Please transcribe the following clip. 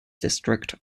district